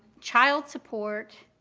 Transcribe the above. child support